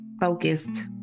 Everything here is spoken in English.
Focused